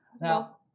Now